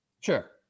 Sure